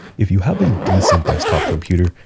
if you have a decent desktop computer,